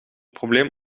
probleem